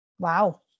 Wow